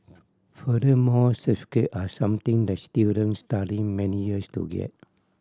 furthermore certificate are something that students study many years to get